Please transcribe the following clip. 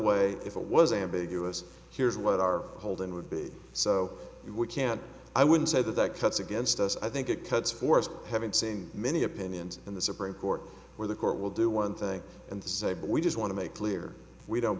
way if it was ambiguous here's what our holding would be so we can't i wouldn't say that that cuts against us i think it cuts for us having seen many opinions in the supreme court where the court will do one thing and the say we just want to make clear we don't